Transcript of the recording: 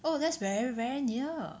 oh that's very very near